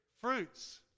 Fruits